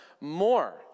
more